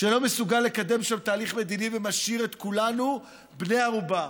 שלא מסוגל לקדם שם תהליך מדיני ומשאיר את כולנו בני ערובה.